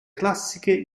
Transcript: classiche